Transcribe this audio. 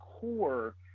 core